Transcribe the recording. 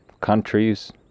Countries